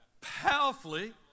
powerfully